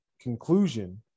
conclusion